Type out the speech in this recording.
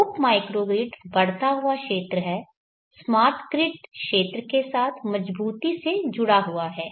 इसलिए उप माइक्रोग्रिड बढ़ता हुआ क्षेत्र है स्मार्ट ग्रिड क्षेत्र के साथ मजबूती से जुड़ा हुआ है